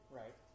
right